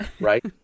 Right